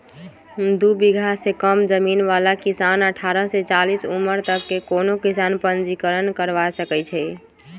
दू बिगहा से कम जमीन बला किसान अठारह से चालीस उमर तक के कोनो किसान पंजीकरण करबा सकै छइ